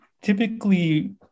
typically